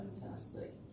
Fantastic